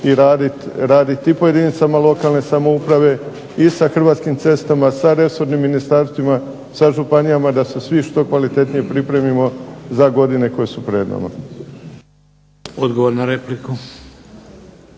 i raditi po jedinicama lokalne samouprave i sa Hrvatskim cestama, sa resornim ministarstvima, sa županijama da se vi što kvalitetnije pripremimo za godine koje su pred nama. **Šeks,